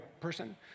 person